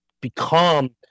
become